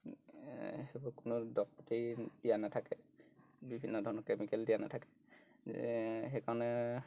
সেইবোৰ কোনো দৰৱ পাতি দিয়া নাথাকে বিভিন্ন ধৰণৰ কেমিকেল দিয়া নাথাকে সেইকাৰণে